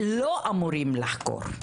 לא אמורים לחקור,